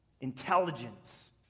intelligence